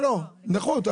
לא, לא, נכה.